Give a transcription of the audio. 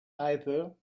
either